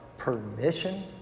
permission